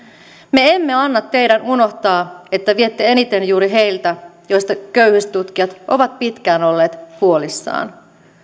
me emme anna teidän unohtaa että viette eniten juuri heiltä joista köyhyystutkijat ovat pitkään olleet huolissaan